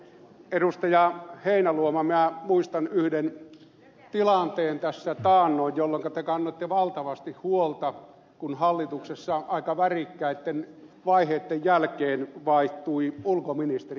heinäluoma minä muistan yhden tilanteen tässä taannoin jolloinka te kannoitte valtavasti huolta sen kun hallituksessa aika värikkäitten vaiheitten jälkeen vaihtui ulkoministeri